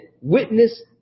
witness